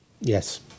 Yes